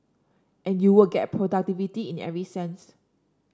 and you would get productivity in every sense